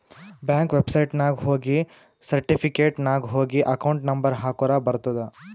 bank ವೆಬ್ಸೈಟ್ನಾಗ ಹೋಗಿ certificate ನಾಗ್ ಹೋಗಿ ಅಕೌಂಟ್ ನಂಬರ್ ಹಾಕುರ ಬರ್ತುದ್